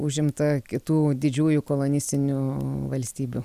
užimta kitų didžiųjų kolonistinių valstybių